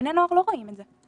בני נוער לא רואים את זה,